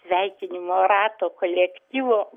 sveikinimo rato kolektyvo